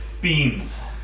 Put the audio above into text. beans